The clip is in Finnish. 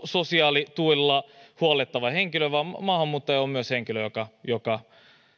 sosiaalituilla huollettava henkilö vaan maahanmuuttaja on myös henkilö joka on veronmaksaja ja